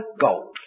gold